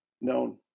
known